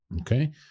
Okay